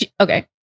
Okay